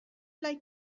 like